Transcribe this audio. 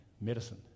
medicine